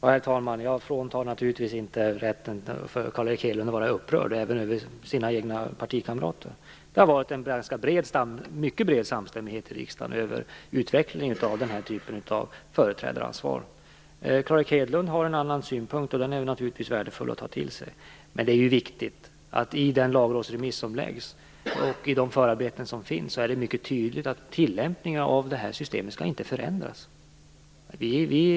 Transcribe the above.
Herr talman! Jag fråntar naturligtvis inte Carl Erik Hedlund rätten att vara upprörd även över sina egna partikamrater. Det har varit en mycket bred samstämmighet i riksdagen om utvecklingen av den här typen av företrädaransvar. Carl Erik Hedlund har en annan synpunkt, och den är naturligtvis värdefull att ta till sig. Men i den lagrådsremiss som läggs och i de förarbeten som finns är det mycket tydligt att tilllämpningen av det här systemet inte skall förändras.